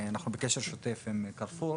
אנחנו בקשר שוטף עם 'קרפור',